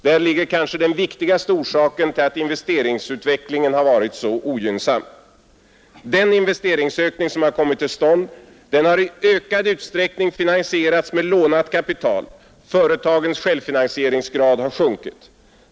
Där har vi den kanske viktigaste orsaken till att investeringsutvecklingen har varit så ogynnsam. Den investeringsökning som kommit till stånd har i ökad utsträckning finansierats med lånat kapital. Företagens självfinansieringsgrad har sjunkit.